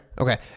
Okay